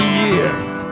years